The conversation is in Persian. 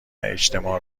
اجتماع